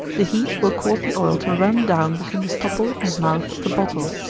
the heat will cause the oil to run down between the stopple and mouth of the bottle.